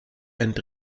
and